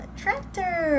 tractor，